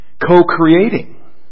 co-creating